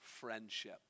friendship